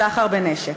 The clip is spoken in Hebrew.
סחר בנשק.